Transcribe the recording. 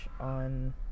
on